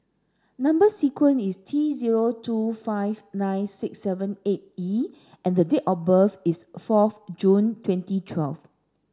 number sequence is T zero two five nine six seven eight E and the date of birth is fourth June twenty twelve